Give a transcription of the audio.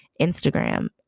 Instagram